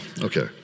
Okay